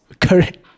Correct